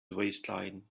waistline